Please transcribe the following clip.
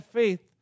faith